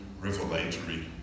revelatory